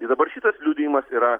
ir dabar šitas liudijimas yra